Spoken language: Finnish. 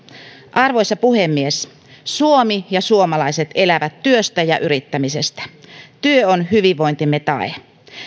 arvoisa puhemies suomi ja suomalaiset elävät työstä ja yrittämisestä työ on hyvinvointimme tae